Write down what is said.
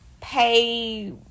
pay